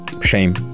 Shame